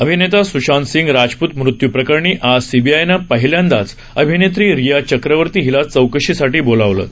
अभिनेता स्शांत सिंग राजपूत मृत्य् प्रकरणी आज सीबीआयनं पहिल्यांदा अभिनेत्री रिया चक्रवर्ती हिला चौकशीसाठी बोलावले आहे